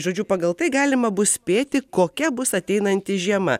žodžiu pagal tai galima bus spėti kokia bus ateinanti žiema